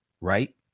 Right